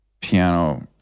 piano